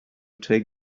take